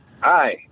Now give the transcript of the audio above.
Hi